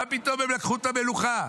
מה פתאום הם לקחו את המלוכה?